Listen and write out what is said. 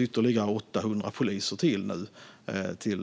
Ytterligare